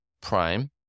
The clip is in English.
Prime